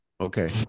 Okay